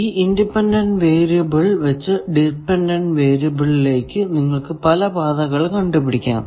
ഈ independent variable വച്ച് dependent വേരിയബിളിലേക്കു നിങ്ങൾക്കു പല പാതകൾ കണ്ടുപിടിക്കാം